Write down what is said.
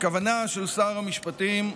הכוונה של שר המשפטים,